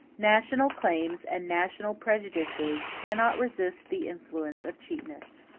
national claims and national prejudices cannot resist the influence of cheapness.